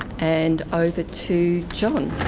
and over to, john.